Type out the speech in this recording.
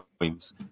points